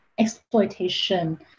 Exploitation